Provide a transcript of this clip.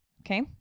Okay